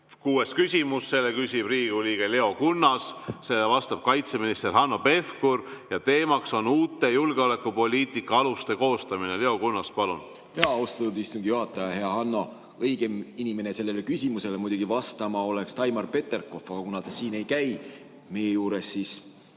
Kuues küsimus. Selle küsib Riigikogu liige Leo Kunnas, vastab kaitseminister Hanno Pevkur ja teema on uute julgeolekupoliitika aluste koostamine. Leo Kunnas, palun! Austatud istungi juhataja! Hea Hanno! Õigem inimene sellele küsimusele vastama oleks Taimar Peterkop, aga kuna tema siin meie juures ei